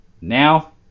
Now